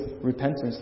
repentance